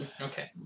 Okay